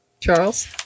Charles